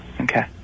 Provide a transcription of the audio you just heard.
Okay